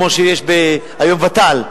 כמו שיש היום ות"ל,